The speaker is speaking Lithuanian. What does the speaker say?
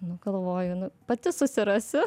nu galvoju nu pati susirasiu